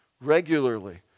regularly